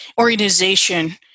organization